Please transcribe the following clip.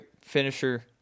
finisher